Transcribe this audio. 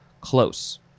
close